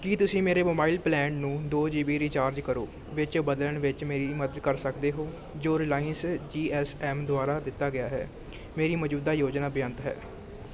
ਕੀ ਤੁਸੀਂ ਮੇਰੇ mobile plan ਨੂੰ ਦੋ ਜੀ ਬੀ ਰੀਚਾਰਜ ਕਰੋ ਵਿੱਚ ਬਦਲਣ ਵਿੱਚ ਮੇਰੀ ਮਦਦ ਕਰ ਸਕਦੇ ਹੋ ਜੋ ਰਿਲਾਇੰਸ ਜੀ ਐੱਸ ਐੱਮ ਦੁਆਰਾ ਦਿੱਤਾ ਗਿਆ ਹੈ ਮੇਰੀ ਮੌਜੂਦਾ ਯੋਜਨਾ ਬੇਅੰਤ ਹੈ